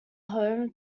home